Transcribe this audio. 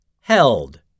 Held